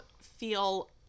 feel